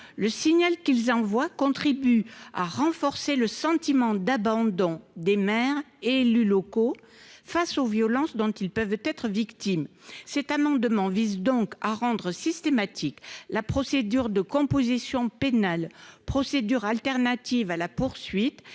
de leurs motifs profonds, conduisent à renforcer le sentiment d'abandon des maires et des élus locaux face aux violences dont ces derniers peuvent être victimes. Cet amendement vise donc à rendre systématique la procédure de composition pénale, procédure de substitution à la poursuite